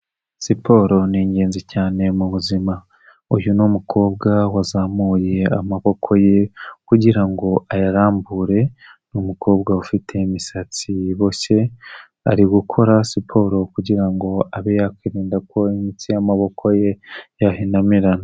Siporo ni ingenzi cyane mu buzima. Uyu ni mukobwa wazamuye amaboko ye kugira ngo ayarambure, ni umukobwa ufite imisatsi iboshye, ari gukora siporo kugira ngo abe yakwirinda ko imitsi y'amaboko ye yahinamirana.